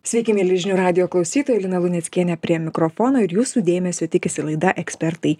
sveiki mieli žinių radijo klausytojai lina luneckienė prie mikrofono ir jūsų dėmesio tikisi laida ekspertai